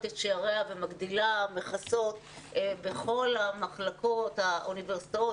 את שעריה ומגדילה מכסות בכל המחלקות באוניברסיטאות